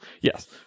yes